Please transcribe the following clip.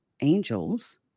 angels